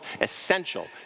essential